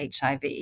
HIV